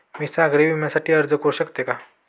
मी सागरी विम्यासाठी अर्ज करू शकते का?